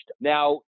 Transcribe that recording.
Now